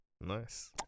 Nice